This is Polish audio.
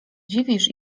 dziwisz